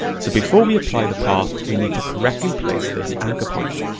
so before we apply the path, we need to correctly place this anchor point.